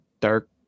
dark